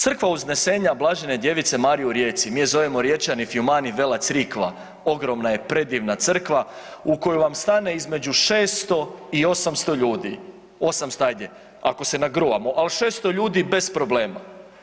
Crkva uznesenja blažene djevice Marije u Rijeci, mi je zovemo Riječani fiumani vela crikva, ogromna je predivna crkva u koju vam stane između 600 i 800 ljudi, 800 hajde ako se nagruvamo, ali 600 ljudi bez problema.